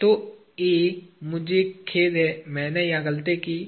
तो A मुझे खेद है मैंने यहां गलती की है